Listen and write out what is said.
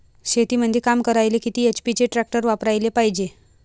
शेतीमंदी काम करायले किती एच.पी चे ट्रॅक्टर वापरायले पायजे?